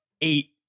eight